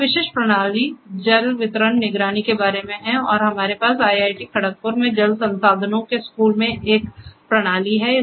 यह विशिष्ट प्रणाली जल वितरण निगरानी के बारे में है और हमारे पास आईआईटी खड़गपुर में जल संसाधनों के स्कूल में एक प्रणाली है